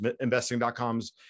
investing.com's